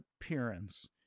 appearance